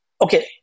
Okay